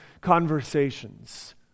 conversations